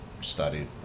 studied